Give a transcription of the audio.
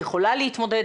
יכולה להתמודד.